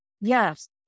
Yes